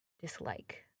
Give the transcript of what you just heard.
dislike